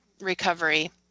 recovery